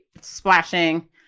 splashing